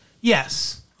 Yes